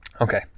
Okay